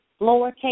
lowercase